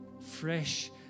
fresh